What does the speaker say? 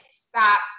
stop